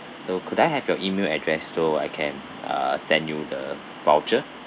so could I have your email address so I can uh send you the voucher